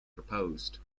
proposed